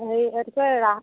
হেৰি এইটোকে ৰা